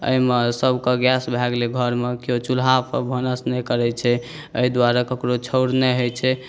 एहिमे सबके गैस भए गेलै घरमे किओ चुलहापर भानस नहि करै छै एहि दुआरे ककरो छाउर नहि होइ छै